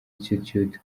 institute